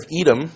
Edom